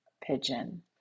pigeon